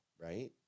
right